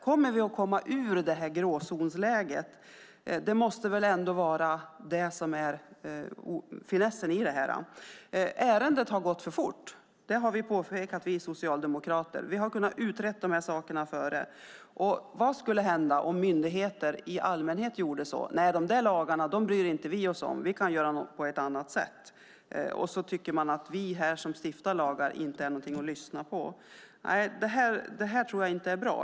Kommer vi att komma ur gråzonsläget? Det måste väl ändå vara det som är finessen i detta. Ärendet har gått för fort. Det har vi Socialdemokrater påpekat. Vi hade kunnat utreda detta innan. Vad skulle hända om myndigheter i allmänhet sade: Nej, de där lagarna bryr inte vi oss om, utan vi kan göra på ett annat sätt? Och så tycker man att vi här, som stiftar lagar, inte är någonting att lyssna på. Nej, detta tror jag inte är bra.